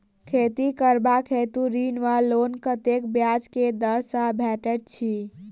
खेती करबाक हेतु ऋण वा लोन कतेक ब्याज केँ दर सँ भेटैत अछि?